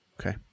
Okay